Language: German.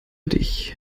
dich